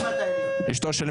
ואשתו.